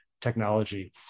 technology